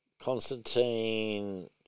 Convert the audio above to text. Constantine